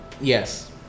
Yes